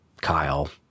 Kyle